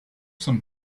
some